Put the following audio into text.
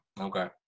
Okay